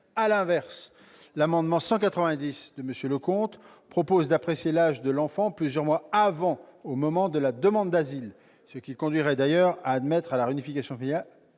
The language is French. À l'inverse, l'amendement n° 190 rectifié de M. Leconte tend à apprécier l'âge de l'enfant plusieurs mois avant, au moment de la demande d'asile, ce qui conduirait d'ailleurs à admettre à la réunification familiale